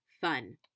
fun